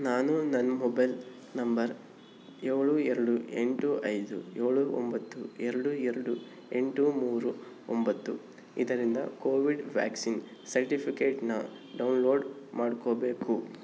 ನಾನು ನನ್ನ mobile number ಏಳು ಎರಡು ಎಂಟು ಐದು ಏಳು ಒಂಬತ್ತು ಎರಡು ಎರಡು ಎಂಟು ಮೂರು ಒಂಬತ್ತು ಇದರಿಂದ ಕೋವಿಡ್ ವ್ಯಾಕ್ಸಿನ್ ಸರ್ಟಿಫಿಕೇಟ್ನ ಡೌನ್ ಲೋಡ್ ಮಾಡ್ಕೋಬೇಕು